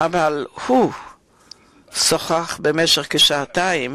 אבל הוא שוחח במשך כשעתיים